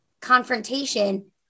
confrontation